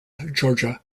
georgia